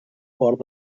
fort